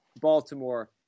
Baltimore